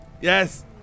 Yes